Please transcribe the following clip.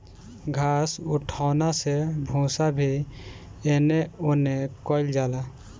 घास उठौना से भूसा भी एने ओने कइल जाला